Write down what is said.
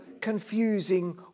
confusing